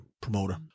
promoter